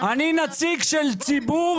חס וחלילה --- אני נציג של ציבור